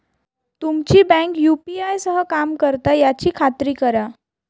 तुमची bank UPI सह काम करता याची खात्री करा